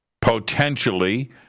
potentially